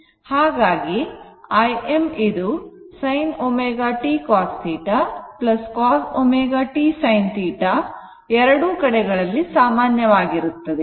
ಹಾಗಾಗಿ Im ಇದು sin ω t cos θ cos ω t sin θ ಎರಡು ಕಡೆಗಳಲ್ಲಿ ಸಾಮಾನ್ಯವಾಗಿರುತ್ತದೆ